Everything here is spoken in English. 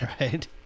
Right